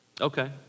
Okay